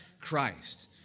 Christ